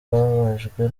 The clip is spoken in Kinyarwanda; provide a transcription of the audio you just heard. bababajwe